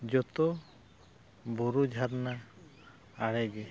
ᱡᱚᱛᱚ ᱵᱩᱨᱩ ᱡᱷᱟᱨᱱᱟ ᱟᱲᱮᱜᱮ